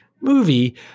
movie